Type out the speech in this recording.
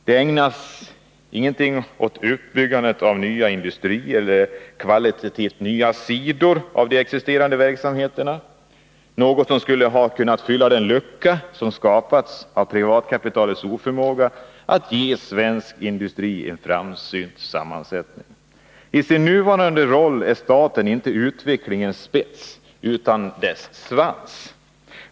De ägnas inte åt uppbyggandet av nya industrier eller kvalitativt nya sidor av existerande verksamheter — något som skulle ha kunnat fylla den lucka som skapats av privatkapitalets oförmåga att ge svensk industri en framsynt sammansättning. I sin nuvarande roll är staten inte utvecklingens spets utan dess svans.